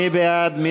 מי בעד?